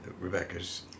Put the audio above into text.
Rebecca's